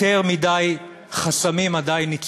יותר מדי חסמים עדיין ניצבים.